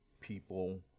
people